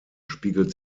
spiegelt